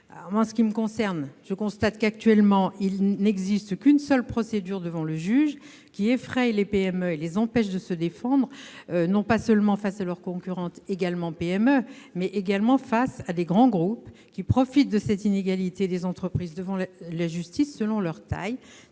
En ce qui me concerne, je constate qu'il n'existe à l'heure actuelle qu'une seule procédure devant le juge. Elle effraie les PME et les empêche de se défendre, non pas seulement face à leurs concurrentes également PME, mais aussi face à des grands groupes, qui profitent de cette inégalité des entreprises devant la justice selon leur taille.